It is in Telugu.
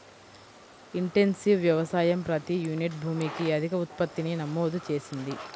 ఇంటెన్సివ్ వ్యవసాయం ప్రతి యూనిట్ భూమికి అధిక ఉత్పత్తిని నమోదు చేసింది